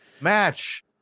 match